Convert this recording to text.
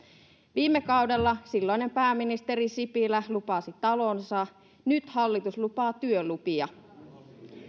viime kaudella silloinen pääministeri sipilä lupasi talonsa nyt hallitus lupaa työlupia